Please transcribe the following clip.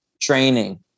training